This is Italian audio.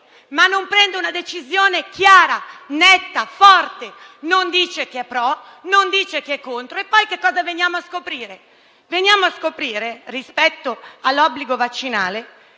ma non assume una decisione chiara, netta e forte. Non dice che è *pro*, non dice che è contro e poi che cosa veniamo a scoprire? Veniamo a scoprire, rispetto all'obbligo vaccinale,